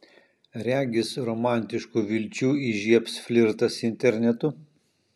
regis romantiškų vilčių įžiebs flirtas internetu